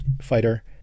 fighter